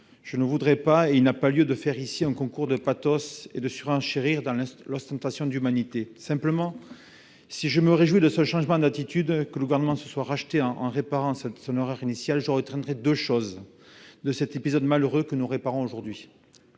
Pour autant, il n'y a pas lieu de faire un concours de pathos et de surenchérir dans l'ostentation d'humanité. Si je me réjouis de ce changement d'attitude et du fait que le Gouvernement se soit racheté en réparant son erreur initiale, je retiendrai deux choses de cet épisode malheureux que nous réparons aujourd'hui.